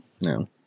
No